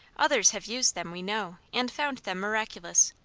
others have used them, we know, and found them miraculous.